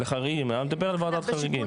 לחריגים, אני מדבר על וועדת חריגים.